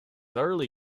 early